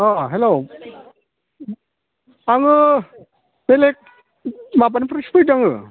अ hello आङो बैलाय माबानिफ्रायसो फैदों आङो